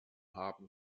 haben